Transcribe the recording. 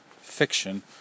fiction